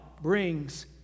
brings